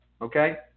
okay